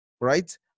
Right